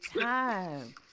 time